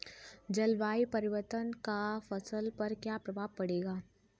जलवायु परिवर्तन का फसल पर क्या प्रभाव पड़ेगा?